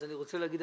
אני רוצה להגיד,